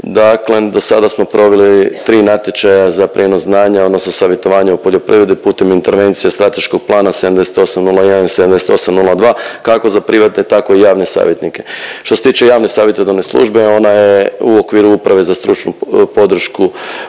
daklem dosada smo proveli tri natječaja za prijenos znanja odnosno savjetovanja o poljoprivredi putem intervencije strateškog plana 7801 i 7802 kako za privatne tako i javne savjetnike. Što se tiče javne savjetodavne službe ona je u okviru Uprave za stručnu podršku